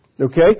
Okay